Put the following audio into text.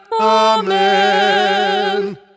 Amen